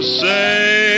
say